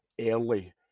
early